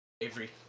Avery